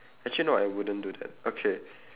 actually no I wouldn't do that okay